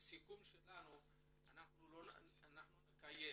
שאנחנו נקיים